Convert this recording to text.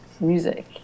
music